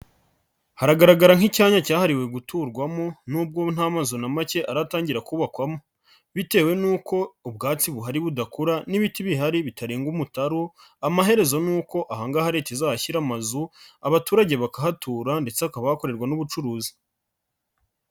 Hagaragara nk'iyanya cyahariwe guturwamo nubwo nta mazu na make aratangira kubakwamo bitewe nuko ubwacu buhari budakura n'ibiti bihari bitarenga umutaru, amaherezo nuko aha ngaha leta izashyira amazu, abaturage bakahatura ndetse hakaba hakorerwa n'ubucuruzi.